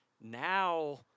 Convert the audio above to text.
now